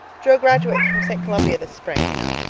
jo graduates from st. columbia this spring, you know.